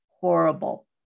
horrible